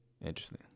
interesting